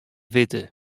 witte